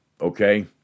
okay